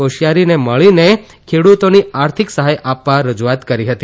કોસીથારીને મળીને ખેડુતોની આર્થિક સહાય આપવા રજુઆત કરી હતી